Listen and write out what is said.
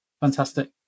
Fantastic